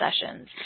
sessions